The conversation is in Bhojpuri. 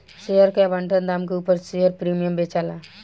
शेयर के आवंटन दाम के उपर शेयर प्रीमियम बेचाला